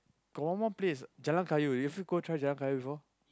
got one more place Jalan Kayu you free go try Jalan Kayu before